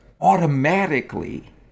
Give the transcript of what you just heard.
automatically